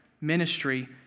ministry